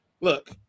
look